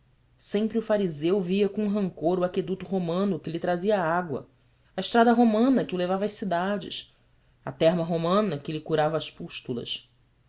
o fariseu via com rancor o aqueduto romano que lhe trazia a água a estrada romana que o levava às cidades a romana que lhe curava as pústulas